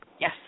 Yes